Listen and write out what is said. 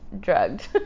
drugged